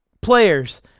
players